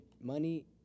money